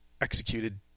executed